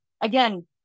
again